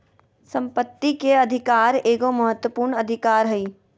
संपत्ति के अधिकार एगो महत्वपूर्ण अधिकार हइ